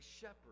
shepherd